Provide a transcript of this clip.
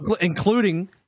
Including